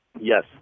Yes